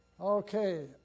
Okay